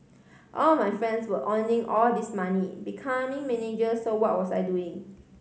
all my friends were earning all this money becoming manager so what was I doing